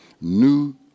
new